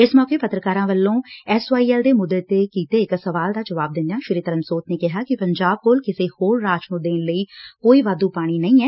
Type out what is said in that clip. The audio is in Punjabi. ਇਸ ਮੌਕੇ ਪੱਤਰਕਾਰਾਂ ਵੱਲੋਂ ਐਸਵਾਈਐਲ ਦੇ ਮੁੱਦੇ ਤੇ ਕੀਤੇ ਇੱਕ ਸਵਾਲ ਦਾ ਜਵਾਬ ਦਿੰਦਿਆਂ ਸ੍ਰੀ ਧਰਮਸੋਤ ਨੇ ਕਿਹਾ ਕਿ ਪੰਜਾਬ ਕੋਲ ਕਿਸੇ ਹੋਰ ਰਾਜ ਨੰ ਦੇਣ ਲਈ ਕੋਈ ਵਾਧੁ ਪਾਣੀ ਨਹੀ ਐ